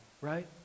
right